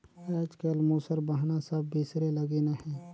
आएज काएल मूसर बहना सब बिसरे लगिन अहे